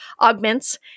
augments